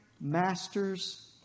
master's